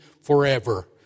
forever